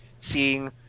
seeing